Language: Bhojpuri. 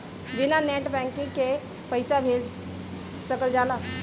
बिना नेट बैंकिंग के पईसा भेज सकल जाला?